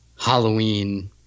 Halloween